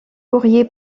courrier